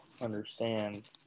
understand